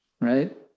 Right